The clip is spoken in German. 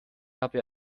habe